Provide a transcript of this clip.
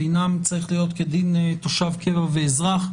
דינם צריך להיות כדין תושב קבע ואזרח.